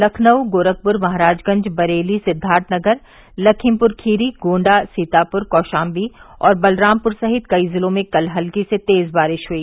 लखनऊ गोरखपुर महराजगंज बरेली सिद्वार्थनगर लखीमपुर खीरी गोण्डा सीतापुर कौशाम्वी और बलरामपुर सहित कई जिलों में कल हल्की से तेज बारिश हुई